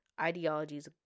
ideologies